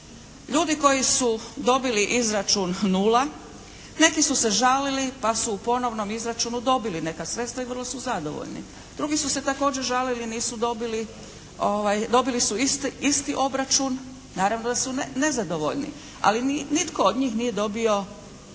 Ljudi koji su dobili izračun nula, neki su se žalili pa su u ponovnom izračunu dobili neka sredstva i vrlo su zadovoljni. Drugi su se također žalili, nisu dobili, dobili su isti obračun. Naravno da su nezadovoljni. Ali nitko od njih nije dobio da